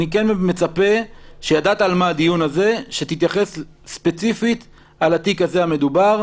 אני כן מצפה שתתייחס ספציפית לתיק המדובר,